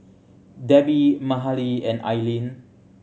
Debby Mahalie and Ailene